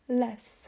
less